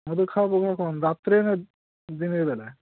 মধু খাওয়াব কখন রাত্রে না দিনের বেলা